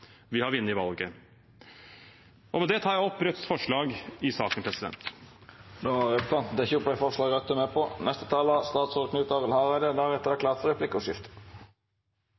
vi har vunnet valget. Med det tar jeg opp Rødts forslag i saken. Representanten Bjørnar Moxnes har teke opp det forslaget